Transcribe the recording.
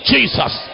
Jesus